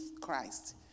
Christ